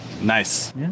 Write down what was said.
Nice